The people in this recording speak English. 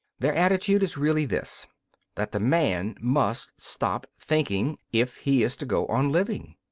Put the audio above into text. their attitude is really this that the man must stop thinking, if he is to go on living.